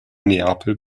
neapel